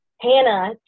Hannah